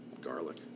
Garlic